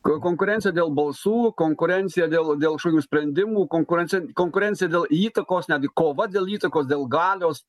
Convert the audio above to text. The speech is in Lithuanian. k konkurencija dėl balsų konkurencija dėl dėl kažkokių sprendimų konkurencija konkurencija dėl įtakos netgi kova dėl įtakos dėl galios